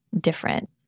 different